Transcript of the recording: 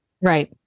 right